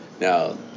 Now